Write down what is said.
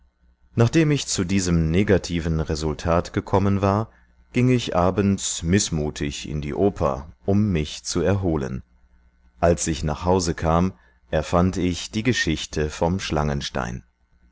nachdem ich zu diesem negativen resultat gekommen war ging ich abends mißmutig in die oper um mich zu erholen als ich nach hause kam erfand ich die geschichte vom